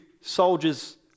soldiers